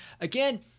Again